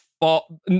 fall